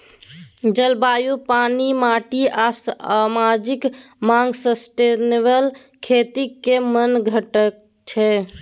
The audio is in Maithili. जलबायु, पानि, माटि आ समाजिक माँग सस्टेनेबल खेतीक मेन घटक छै